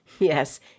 Yes